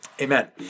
Amen